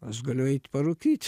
aš galiu eit parukyt